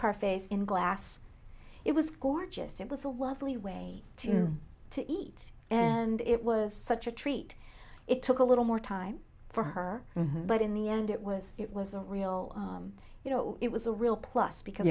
parfaits in glass it was gorgeous it was a lovely way to to eat and it was such a treat it took a little more time for her but in the end it was it was a real you know it was a real plus because